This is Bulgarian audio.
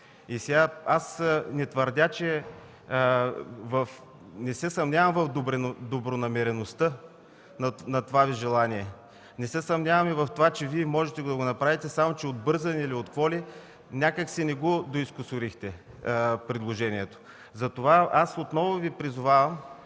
Сега аз не се съмнявам в добронамереността на това Ви желание. Не се съмнявам и в това, че Вие можете да го направите, само че от бързане ли, от какво ли, някак си не го доизкусурихте предложението. Затова аз отново Ви призовавам